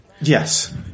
Yes